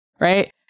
right